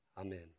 amen